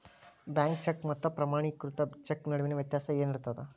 Bank cheque ಮತ್ತ ಪ್ರಮಾಣೇಕೃತ cheque ನಡುವಿನ್ ವ್ಯತ್ಯಾಸ ಏನಿರ್ತದ?